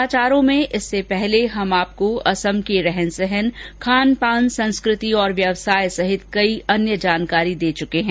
समाचारों में इससे पहले हम आपको असम के रहन सहन खान पान संस्कृति और व्यवसाय सहित कई अन्य जानकारी दे चुके हैं